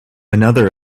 another